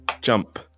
jump